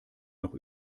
noch